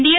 DA